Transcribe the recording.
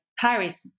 Paris